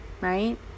Right